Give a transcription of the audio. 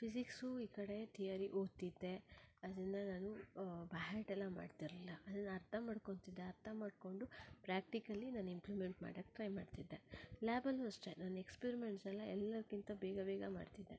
physics ಈ ಕಡೆ theory ಓದ್ತಿದ್ದೆ ಅದನ್ನು ನಾನು ಬೈ ಹಾರ್ಟ್ ಎಲ್ಲ ಮಾಡ್ತಿರ್ಲಿಲ್ಲ ಅದನ್ನು ಅರ್ಥ ಮಾಡ್ಕೋತಿದ್ದೆ ಅರ್ಥ ಮಾಡಿಕೊಂಡು ಪ್ರಾಕ್ಟಿಕಲಿ ನಾನು ಇಂಪ್ಲಿಮೆಂಟ್ ಮಾಡಕ್ಕೆ ಟ್ರೈ ಮಾಡ್ತಿದ್ದೆ ಲ್ಯಾಬಲ್ಲೂ ಅಷ್ಟೇ ನಾನು ಎಕ್ಸ್ಪರಿಮೆಂಟ್ಸ್ ಎಲ್ಲ ಎಲ್ಲರ್ಗಿಂತ ಬೇಗ ಬೇಗ ಮಾಡ್ತಿದ್ದೆ